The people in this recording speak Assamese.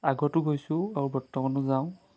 আগতো গৈছোঁ আৰু বৰ্তমানো যাওঁ